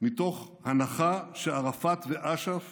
מתוך הנחה שערפאת ואש"ף